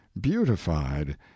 beautified